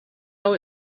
know